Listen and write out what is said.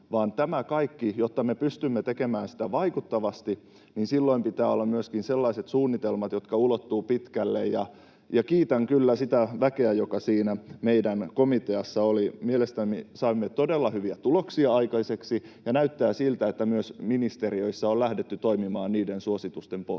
tämä kaikki. Jotta me pystymme tekemään sitä vaikuttavasti, silloin pitää olla myöskin sellaiset suunnitelmat, jotka ulottuvat pitkälle. Kiitän kyllä sitä väkeä, joka siinä meidän komiteassa oli. Mielestäni saimme todella hyviä tuloksia aikaiseksi, ja näyttää siltä, että myös ministeriöissä on lähdetty toimimaan niiden suositusten pohjalta.